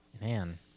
Man